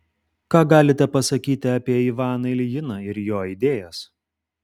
ką galite pasakyti apie ivaną iljiną ir jo idėjas